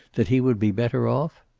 that he would be better off?